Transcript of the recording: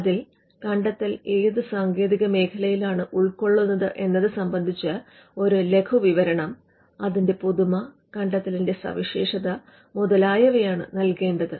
അതിൽ കണ്ടെത്തൽ ഏത് സാങ്കേതിക മേഖലയിലാണ് ഉൾക്കൊള്ളുന്നത് എന്നത് സംബന്ധിച്ച ഒരു ലഖുവിവരണം അതിന്റെ പുതുമ കണ്ടെത്തലിന്റെ സവിശേഷത മുതലായവയാണ് നൽകേണ്ടത്